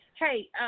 Hey